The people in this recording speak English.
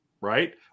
Right